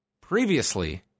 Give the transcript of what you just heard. Previously